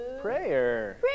Prayer